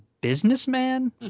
businessman